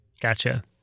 Gotcha